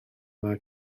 mae